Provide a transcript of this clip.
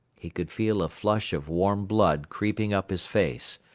he could feel a flush of warm blood creeping up his face.